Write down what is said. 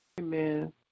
Amen